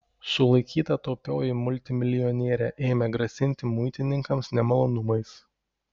sulaikyta taupioji multimilijonierė ėmė grasinti muitininkams nemalonumais